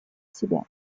себя